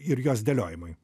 ir jos dėliojimui